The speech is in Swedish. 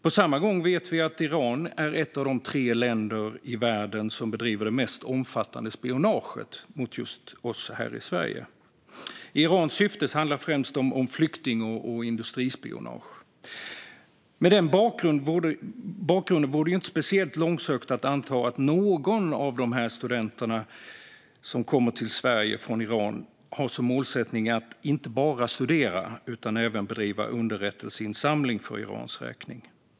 På samma gång vet vi att Iran är ett av de tre länder i världen som bedriver det mest omfattande spionaget mot just oss här i Sverige. För Iran handlar det främst om flykting och industrispionage. Med den bakgrunden vore det inte speciellt långsökt att anta att någon av studenterna som kommer till Sverige från Iran har som mål att inte bara studera utan även bedriva underrättelseinsamling för Irans räkning.